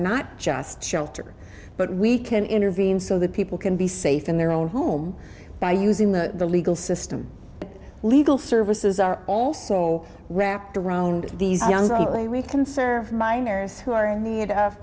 not just shelter but we can intervene so that people can be safe in their own home by using the legal system legal services are also wrapped around these young people a week can serve minors who are in need of